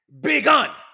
begun